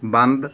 ਬੰਦ